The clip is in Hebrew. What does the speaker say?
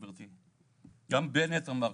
גברתי: גם בנט אמר,